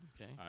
Okay